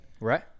Right